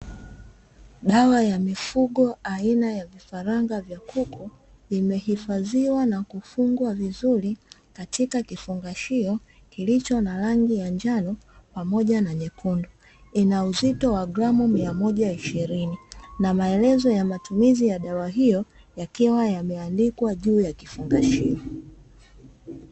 Dawa ya mifugo aina ya vifaranga vya kuku imehifadhiwa na kufungwa vizuri katika kifungashio kilicho na rangi ya njano pamoja na nyekundu, ina uzito wa gramu mia moja ishirini na maelezo ya matumizi ya dawa hiyo yakiwa yameandikwa juu ya kifungashio.